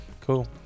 cool